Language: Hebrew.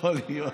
יכול להיות.